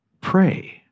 pray